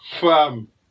FAM